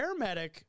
paramedic